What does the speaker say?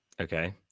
Okay